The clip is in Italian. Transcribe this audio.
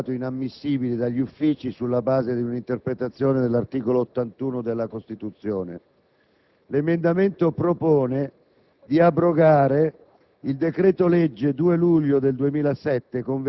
emendamenti. Illustrerò l'emendamento 1.2, dichiarato inammissibile dagli Uffici sulla base di una interpretazione dell'articolo 81 della Costituzione.